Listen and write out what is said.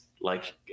like-